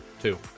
two